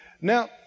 Now